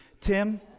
Tim